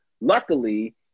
luckily